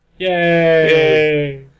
Yay